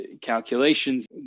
calculations